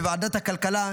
בוועדת הכלכלה,